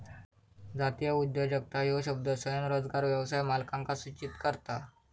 जातीय उद्योजकता ह्यो शब्द स्वयंरोजगार व्यवसाय मालकांका सूचित करता